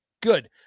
Good